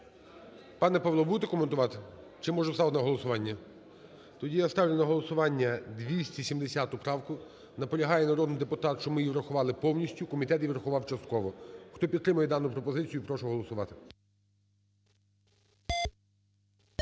Пане Павло, будете коментувати? Чи може ставить на голосування? Тоді я ставлю на голосування 270 правку, наполягає народний депутат, щоб ми її врахували повністю. Комітет її врахував частково. Хто підтримує дану пропозицію, прошу голосувати.